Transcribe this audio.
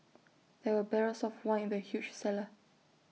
there were barrels of wine in the huge cellar